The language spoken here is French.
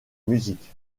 musique